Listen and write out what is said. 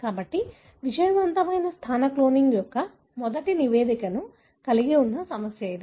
కాబట్టి విజయవంతమైన స్థాన క్లోనింగ్ యొక్క మొదటి నివేదికను కలిగి ఉన్న సమస్య అది